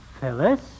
Phyllis